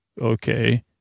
Okay